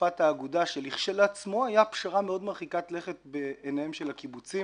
חלופת האגודה שלכשלעצמו הייתה פשרה מאוד מרחיקת לכת בעיניהם של הקיבוצים